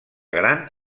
gran